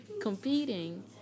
competing